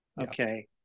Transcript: okay